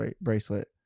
bracelet